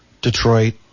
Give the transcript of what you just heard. Detroit